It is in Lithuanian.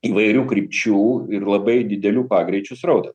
įvairių krypčių ir labai didelių pagreičių srautą